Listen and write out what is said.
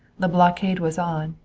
the blockade was on,